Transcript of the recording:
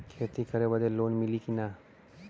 खेती करे बदे लोन मिली कि ना?